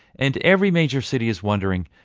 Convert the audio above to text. and every major city is wondering,